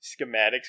schematics